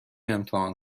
امتحان